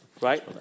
right